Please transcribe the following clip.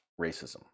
racism